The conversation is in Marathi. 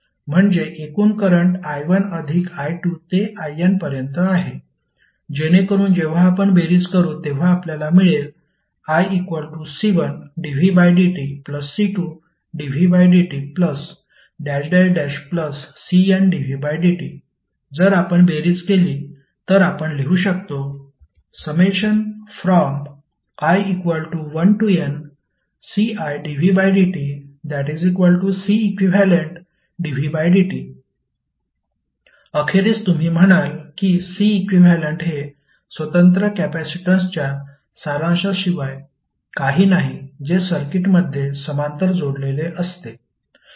म्हणजे एकूण करंट i1 अधिक i2 ते in पर्यंत आहे जेणेकरून जेव्हा आपण बेरीज करू तेव्हा आपल्याला मिळेल iC1dvdtC2dvdtCndvdt जर आपण बेरीज केली तर आपण लिहू शकतो i1nCidvdtCeqdvdt अखेरीस तुम्ही म्हणाल की C इक्विव्हॅलेंट हे स्वतंत्र कॅपेसिटन्सच्या सारांशाशिवाय काही नाही जे सर्किटमध्ये समांतर जोडलेले असते